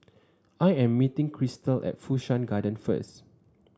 I am meeting Crystal at Fu Shan Garden first